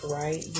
right